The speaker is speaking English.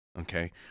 Okay